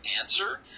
answer